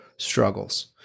struggles